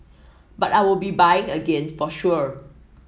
but I'll be buying again for sure